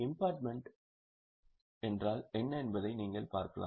இம்பார்மென்ட் என்றால் என்ன என்பதை நீங்கள் பார்க்கலாம்